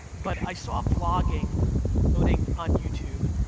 but i saw vlogging boding on youtube,